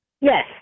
Yes